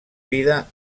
vida